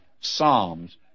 Psalms